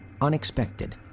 unexpected